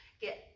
get